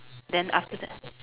then after that